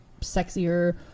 sexier